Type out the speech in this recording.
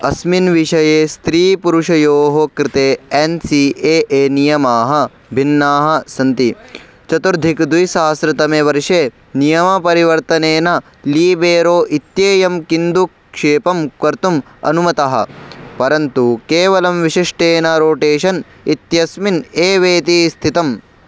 अस्मिन् विषये स्त्रीपुरुषयोः कृते एन् सी ए ए नियमाः भिन्नाः सन्ति चतुरधिकद्विसहस्रतमे वर्षे नियमपरिवर्तनेन लीबेरो इत्येयं कन्दुकक्षेपं कर्तुम् अनुमतः परन्तु केवलं विशिष्टेन रोटेशन् इत्यस्मिन् एवेति स्थितम्